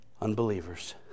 unbelievers